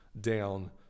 down